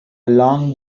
along